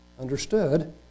understood